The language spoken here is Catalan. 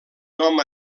nom